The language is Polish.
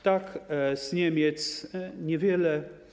Tak, z Niemiec, niewiele.